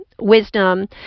wisdom